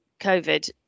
COVID